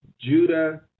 Judah